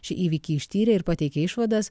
šį įvykį ištyrė ir pateikė išvadas